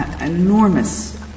enormous